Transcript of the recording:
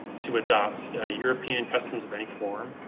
to adopt european customs of any form,